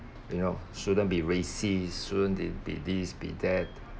you know shouldn't be racy soon they'll be these be that